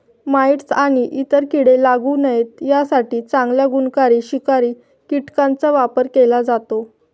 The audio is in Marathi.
माइटस आणि इतर कीडे लागू नये यासाठी चांगल्या गुणकारी शिकारी कीटकांचा वापर केला जातो